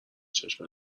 چشم